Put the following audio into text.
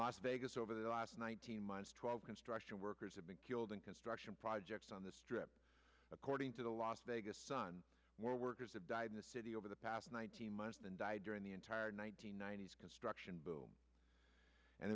las vegas over the last nineteen months twelve construction workers have been killed in construction projects on the strip according to the las vegas sun where workers have died in the city over the past nineteen months than died during the entire one nine hundred ninety s construction boom and